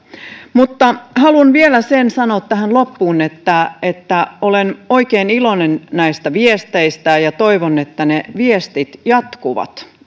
mutta haluan vielä sen sanoa tähän loppuun että että olen oikein iloinen näistä viesteistä ja toivon että ne viestit jatkuvat